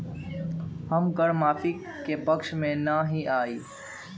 हम कर माफी के पक्ष में ना ही याउ